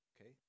okay